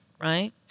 right